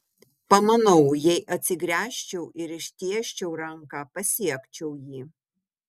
pamanau jei atsigręžčiau ir ištiesčiau ranką pasiekčiau jį